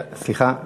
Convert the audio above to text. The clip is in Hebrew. סליחה,